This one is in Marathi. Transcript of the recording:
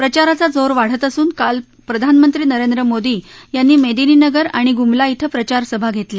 प्रचाराचा जोर वाढत असून काल प्रधानमंत्री नरेंद्र मोदी यांनी मोदिनीनगर आणि गुमला क्वें प्रचारसभा घेतल्या